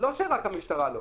לא רק המשטרה לא,